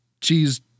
cheese